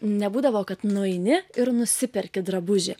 nebūdavo kad nueini ir nusiperki drabužį